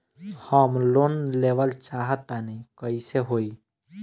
हम लोन लेवल चाह तानि कइसे होई?